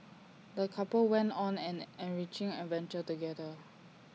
the couple went on an enriching adventure together